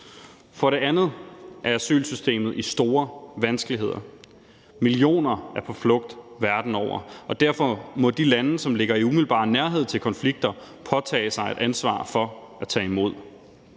For det andet er asylsystemet i store vanskeligheder; millioner er på flugt verden over, og derfor må de lande, som ligger i umiddelbar nærhed til konflikter, påtage sig et ansvar for at tage imod.